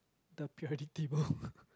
the periodic table